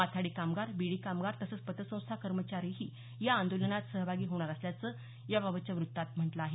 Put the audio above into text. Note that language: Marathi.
माथाडी कामगार बिडी कामगार तसंच पतसंस्था कर्मचारीही या आंदोलनात सहभागी होणार असल्याचं याबाबतच्या वृत्तात म्हटलं आहे